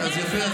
יפה,